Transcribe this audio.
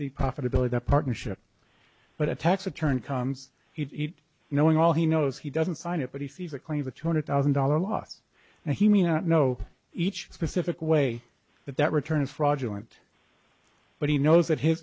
the profitability partnership but a tax attorney comes heat knowing all he knows he doesn't sign it but he sees a claim the two hundred thousand dollar loss and he may not know each specific way that that return is fraudulent but he knows that